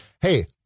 hey